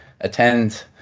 attend